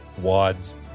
Wads